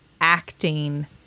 acting